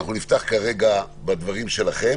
אנחנו נפתח כרגע בדברים שלכם,